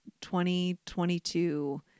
2022